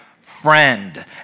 friend